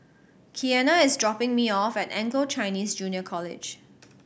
Keanna is dropping me off at Anglo Chinese Junior College